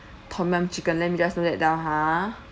tom yum chicken let me just note that down ha